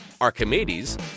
Archimedes